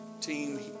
team